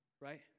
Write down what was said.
right